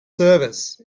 service